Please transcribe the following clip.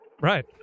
Right